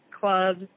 clubs